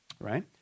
right